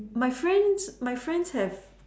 my friends my friends have